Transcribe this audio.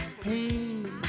pain